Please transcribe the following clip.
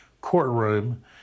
courtroom